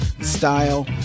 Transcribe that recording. style